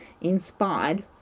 inspired